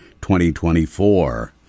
2024